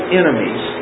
enemies